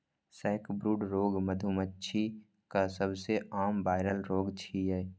sacbrood रोग मधुमाछीक सबसं आम वायरल रोग छियै